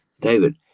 David